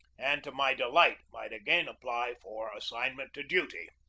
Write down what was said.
and to my delight, might again apply for assignment to duty.